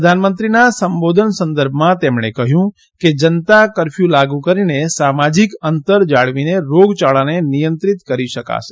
પ્રધાનમંત્રીના સંબોધન સંદર્ભમાં તેમણે કહ્યું કે જનતા કરફ્યુ લાગુ કરીને સામાજિક અંતર જાળવીને રોગયાળાને નિયંત્રીત કરી શકાશે